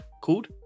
called